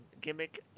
gimmick